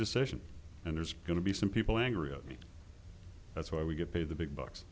decision and there's going to be some people angry at me that's why we get paid the big bucks